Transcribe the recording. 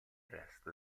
resto